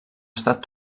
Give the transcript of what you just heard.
estat